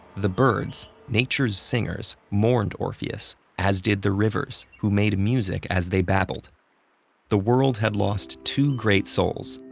the birds, nature's singers, mourned orpheus, as did the rivers, who made music as they babbled the world had lost two great souls.